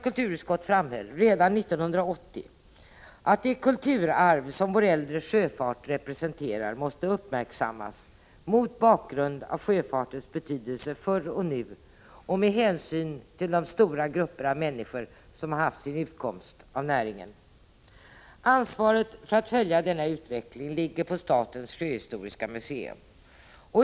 Kulturutskottet framhöll redan 1980 att det kulturarv som vår äldre sjöfart representerar måste uppmärksammas, mot bakgrund av sjöfartens betydelse förr och nu och med hänsyn till de stora grupper av människor som haft sin utkomst av näringen. Ansvaret för att följa denna utveckling ligger på statens sjöhistoriska museum.